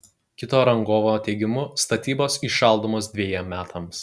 kito rangovo teigimu statybos įšaldomos dvejiem metams